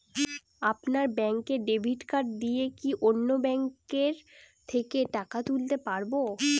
আপনার ব্যাংকের debit card দিয়ে কি অন্য ব্যাংকের থেকে টাকা তুলতে পারবো?